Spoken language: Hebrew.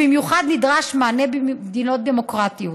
במיוחד נדרש מענה במדינות דמוקרטיות,